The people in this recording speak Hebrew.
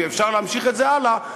ואפשר להמשיך את זה הלאה.